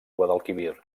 guadalquivir